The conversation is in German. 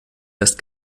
lässt